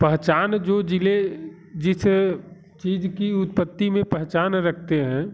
पहचान जो ज़िले जिस चीज़ की उत्पत्ति में पहचान रखते हैं